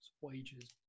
wages